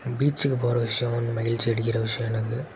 பீச்சுக்கு போகிற விஷயம் வந்து மகிழ்ச்சி அளிக்கிற விஷயம் எனக்கு